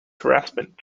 harassment